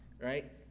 right